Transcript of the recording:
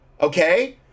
okay